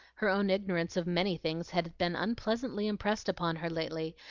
her own ignorance of many things had been unpleasantly impressed upon her lately,